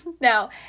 Now